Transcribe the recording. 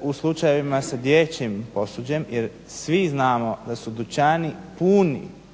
u slučajevima sa dječjim posuđem jer svi znamo da su dućani puni